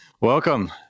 Welcome